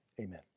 amen